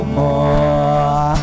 more